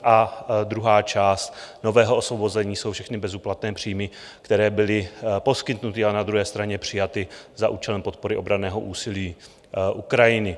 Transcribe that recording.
A druhá část nového osvobození jsou všechny bezúplatné příjmy, které byly poskytnuty a na druhé straně přijaty za účelem podpory obranného úsilí Ukrajiny.